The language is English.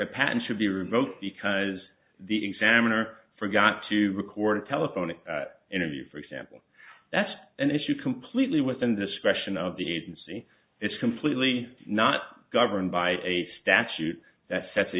a patent should be revoked because the examiner forgot to record a telephone interview for example that's an issue completely within discretion of the agency it's completely not governed by a statute that sets a